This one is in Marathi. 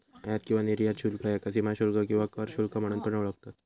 आयात किंवा निर्यात शुल्क ह्याका सीमाशुल्क किंवा कर शुल्क म्हणून पण ओळखतत